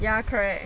ya correct